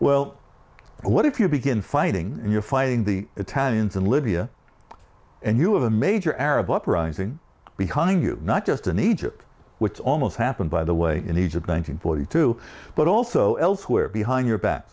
well what if you begin fighting you're fighting the italians in libya and you have a major arab uprising behind you not just in egypt which almost happened by the way in egypt one hundred forty two but also elsewhere behind your back